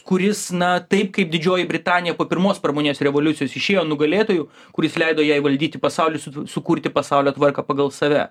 kuris na taip kaip didžioji britanija po pirmos pramoninės revoliucijos išėjo nugalėtoju kuris leido jai valdyti pasaulį su sukurti pasaulio tvarką pagal save